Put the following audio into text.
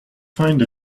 find